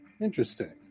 Interesting